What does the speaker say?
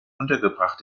untergebracht